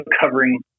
covering